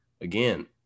again